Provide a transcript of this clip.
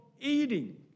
eating